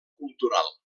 cultural